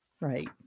Right